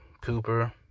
Cooper